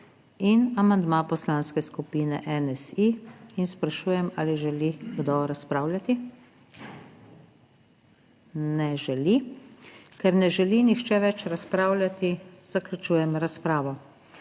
in amandma Poslanske skupine NSi in sprašujem, ali želi kdo razpravljati? (Ne.) Ne želi. Ker ne želi nihče več razpravljati, zaključujem razpravo.